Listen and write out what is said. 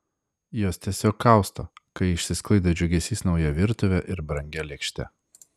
jos tiesiog kausto kai išsisklaido džiugesys nauja virtuve ar brangia lėkšte